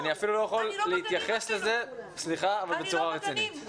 אני אפילו לא יכול להתייחס לזה בצורה רצינית.